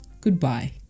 Goodbye